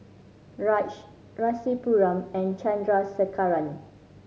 Raj Rasipuram and Chandrasekaran